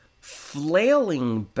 flailing